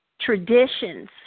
traditions